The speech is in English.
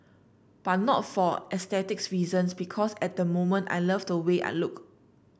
but not for aesthetic reasons because at the moment I love the way I look